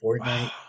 Fortnite